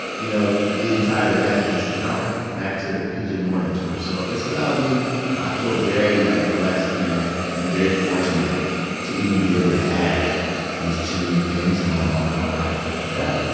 you know, getting tired of that, then it's, like, all right back to pj morton tour. so it's allowed me i feel very, like, blessed, man, and very fortunate to even be able to have these two things going on in my life yeah.